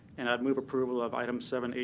and i'd move approval of item seven,